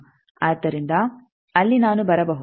ಆದ್ದರಿಂದ ಅಲ್ಲಿ ನಾನು ಬರಬಹುದು